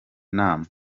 nama